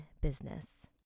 business